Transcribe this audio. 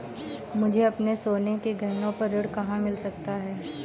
मुझे अपने सोने के गहनों पर ऋण कहाँ मिल सकता है?